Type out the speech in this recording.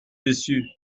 dessus